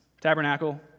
tabernacle